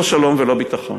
לא שלום ולא ביטחון.